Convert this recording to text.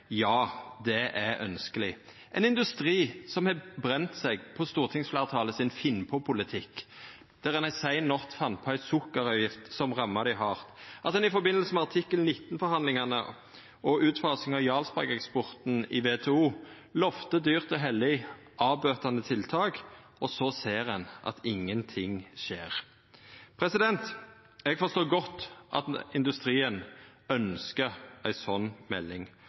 Ja, det er ønskjeleg – ein industri som har brent seg på stortingsfleirtalet sin finn-på-politikk, der ein ei sein natt fann på ei sukkeravgift som ramma dei hardt, og at ein i samband med EØS-avtalens artikkel 19-forhandlingar og utfasing av Jarlsberg-eksporten i WTO, lovde dyrt og heilagt avbøtande tiltak, og så ser ein at ingenting skjer. Eg forstår godt at industrien ønskjer ei slik melding.